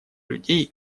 людей